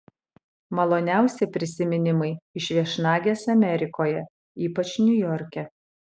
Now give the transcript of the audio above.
maloniausi prisiminimai iš viešnagės amerikoje ypač niujorke